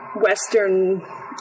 Western